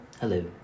Hello